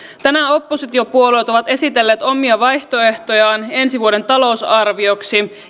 tänään oppositiopuolueet ovat esitelleet omia vaihtoehtojaan ensi vuoden talousarvioksi